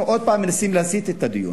אנחנו עוד הפעם מנסים להסיט את הדיון.